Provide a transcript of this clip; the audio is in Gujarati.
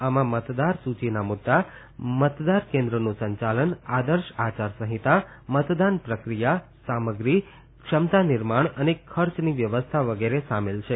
આમાં મતદાર સૂચિના મુદ્દા મતદાર કેન્દ્રનું સંચાલન આદર્શ આચાર સંહિતા મતદાન પ્રક્રિયા સામગ્રી ક્ષમતા નિર્માણ અને ખર્ચની વ્યવસ્થા વગેરે સામેલ છે